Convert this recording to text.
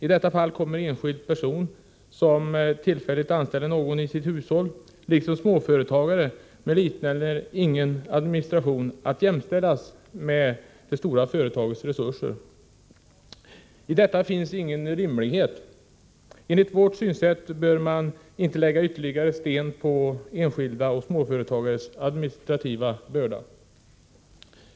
I det här fallet kommer enskild person som tillfälligt anställer någon i sitt hushåll, liksom småföretagare med liten eller ingen administration, att jämställas med det stora företaget, med helt andra resurser. I detta finns ingen rimlighet. Enligt vår synsätt bör man inte lägga ytterligare sten på enskildas och småföretagares administrativa börda.